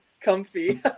Comfy